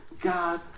God